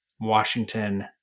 Washington